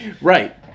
Right